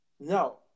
No